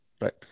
right